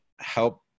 help